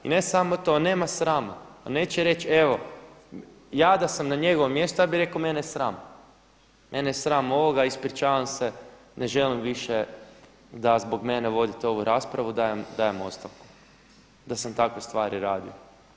I ne samo to, nema srama, a neće reći, evo ja da sam na njegovom mjestu ja bi rekao mene je sram, mene je sram ovoga ispričavam se, ne želim više da zbog mene vodite ovu raspravu, dajem ostavku, da sam takve stvari radio.